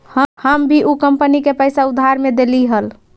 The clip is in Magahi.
हम भी ऊ कंपनी के पैसा उधार में देली हल